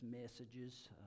messages